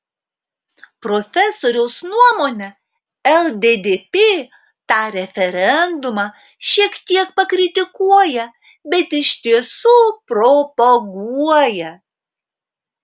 profesoriaus nuomone lddp tą referendumą šiek tiek pakritikuoja bet iš tiesų propaguoja